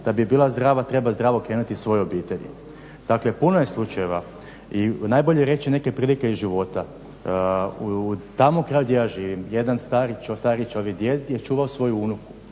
Da bi bila zdrava treba zdravo krenuti iz svoje obitelj. Dakle, puno je slučajeva i najbolje je reći neke prilike iz života. U, tamo, kraj gdje ja živim jedan stari čovjek, djed je čuvao svoju unuku